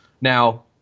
Now